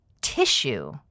tissue